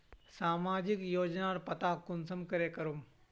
सामाजिक योजनार पता कुंसम करे करूम?